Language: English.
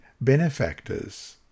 benefactors